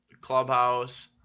clubhouse